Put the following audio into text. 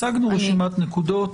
הצגנו רשימת נקודות.